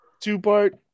two-part